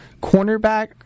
cornerback